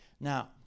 Now